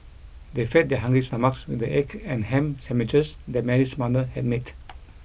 they fed their hungry stomachs with the egg and ham sandwiches that Mary's mother had made